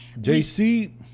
JC